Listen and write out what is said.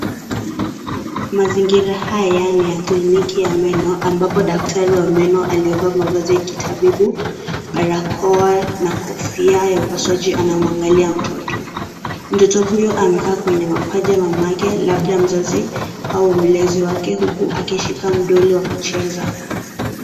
Mazingira haya ni ya kliniki ya meno, ambapo daktari aliyevaa mavazi ya kitabibu, barakoa, na kofia ya upasuaji anamwangalia mtoto, mtoto huyo amekaa kwenye paja ya mama yake, labda mzazi, au mlezi wake huku akishika mdoli wa kucheza.